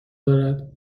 دارد